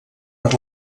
per